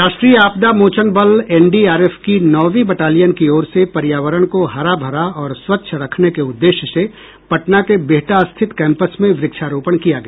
राष्ट्रीय आपदा मोचन बल एनडीआरएफ की नौंवी बटालियन की ओर से पर्यावरण को हरा भरा और स्वच्छ रखने के उददेश्य से पटना के बिहटा स्थित कैंपस में वृक्षारोपण किया गया